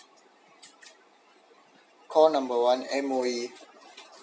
call number one M_O_E